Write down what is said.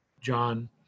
John